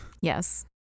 Yes